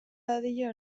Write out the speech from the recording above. dadila